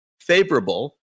favorable